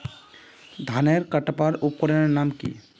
धानेर कटवार उपकरनेर नाम की?